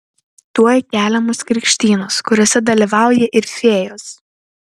tuoj keliamos krikštynos kuriose dalyvauja ir fėjos